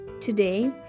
today